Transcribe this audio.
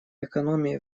экономии